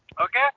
Okay